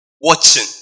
watching